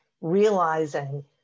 realizing